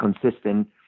consistent